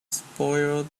spoiled